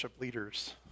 leaders